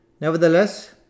Nevertheless